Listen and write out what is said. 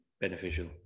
beneficial